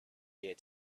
here